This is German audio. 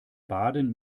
baden